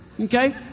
okay